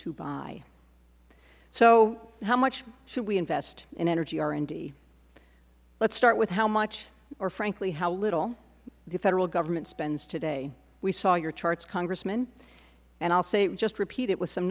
to buy so how much should we invest in energy r and d let's start with how much or frankly how little the federal government spends today we saw your charts congressman and i will say just repeat it with some